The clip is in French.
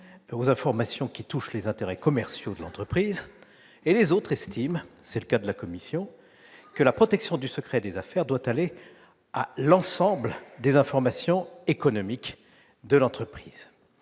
aux informations qui touchent les intérêts commerciaux de l'entreprise. Les autres estiment, et c'est le cas de la commission, que la protection du secret des affaires doit concerner l'ensemble des informations économiques touchant l'entreprise.